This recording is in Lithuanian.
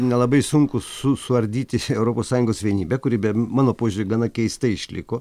nelabai sunku su suardyti europos sąjungos vienybę kuri be mano požiūriu gana keistai išliko